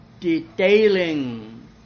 detailing